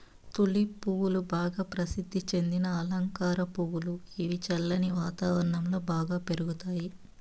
tulip పువ్వులు బాగా ప్రసిద్ది చెందిన అలంకార పువ్వులు, ఇవి చల్లని వాతావరణం లో బాగా పెరుగుతాయి